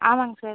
ஆமாங்க சார்